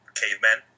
cavemen